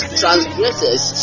transgressors